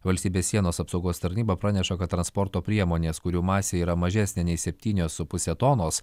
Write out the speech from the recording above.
valstybės sienos apsaugos tarnyba praneša kad transporto priemonės kurių masė yra mažesnė nei septynios su puse tonos